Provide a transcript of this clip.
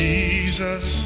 Jesus